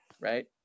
right